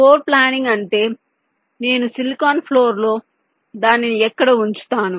floor planning అంటే నేను silicon floor లో దానిని ఎక్కడ ఉంచుతాను